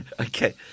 Okay